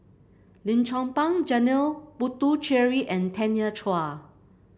Lim Chong Pang Janil Puthucheary and Tanya Chua